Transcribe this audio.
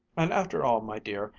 and after all, my dear,